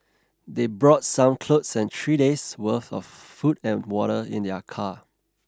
they brought some clothes and three days' worth of food and water in their car